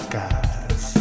guys